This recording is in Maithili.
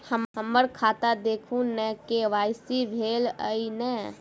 हम्मर खाता देखू नै के.वाई.सी भेल अई नै?